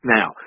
Now